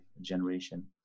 generation